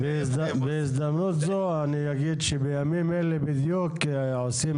בהזדמנות זו אני אגיד שבימים אלה בדיוק עושים